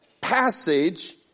passage